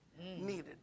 needed